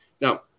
Now